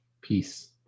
Peace